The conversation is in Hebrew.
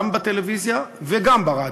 גם בטלוויזיה וגם ברדיו,